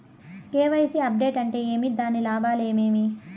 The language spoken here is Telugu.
కె.వై.సి అప్డేట్ అంటే ఏమి? దాని లాభాలు ఏమేమి?